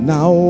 Now